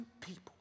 people